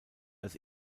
als